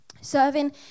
Serving